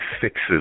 fixes